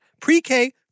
pre-K